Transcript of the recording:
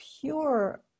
pure